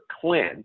Clint